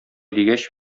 дигәч